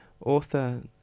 author